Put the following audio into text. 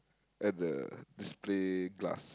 at the display glass